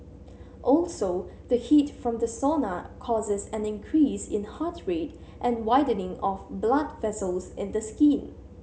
also the heat from the sauna causes an increase in heart rate and widening of blood vessels in the skin